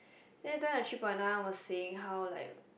then that time the three point nine one was saying how like